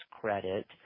credit